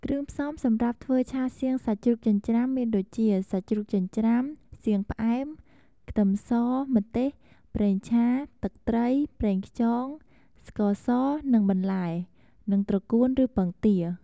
គ្រឿងផ្សំ សម្រាប់ធ្វើឆាសៀងសាច់ជ្រូកចិញ្ច្រាំមានដូចជា សាច់ជ្រូកចិញ្ច្រាំ សៀងផ្អែម ខ្ទឹមស ម្ទេស ប្រេងឆា ទឹកត្រី ប្រេងខ្យង ស្ករស និង បន្លែ និងត្រកួនឬពងទា។